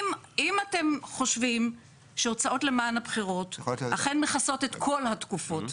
אם אתם חושבים שהוצאות למען הבחירות אכן מכסות את כל התקופות,